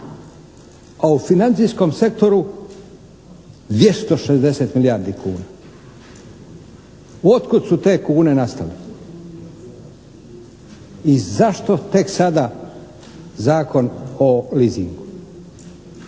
A u financijskom sektoru 260 milijardi kuna. Otkud su te kune nastale? I zašto tek sada Zakon o leasingu?